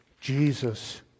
Jesus